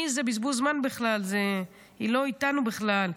היא זה בזבוז זמן בכלל, היא לא איתנו בכלל.